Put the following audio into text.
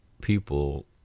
people